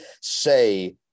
say